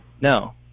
No